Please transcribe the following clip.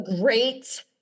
great